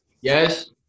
Yes